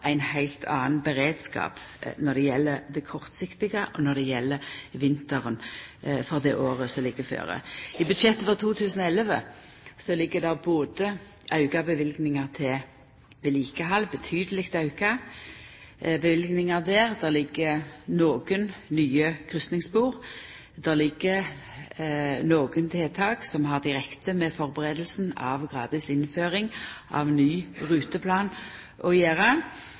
ein heilt annan beredskap når det gjeld det kortsiktige, og når det gjeld vinteren, for det året som ligg føre. I budsjettet for 2011 ligg det både auka løyvingar til vedlikehald – ein betydeleg auke av løyvingane til det. Det ligg nokre nye kryssingsspor. Det ligg nokre tiltak som har direkte med førebuinga av gradvis innføring av ny ruteplan å gjera.